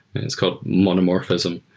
it's called monomorphism.